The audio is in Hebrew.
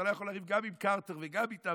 אתה לא יכול לריב גם עם קרטר וגם איתם.